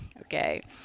okay